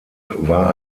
war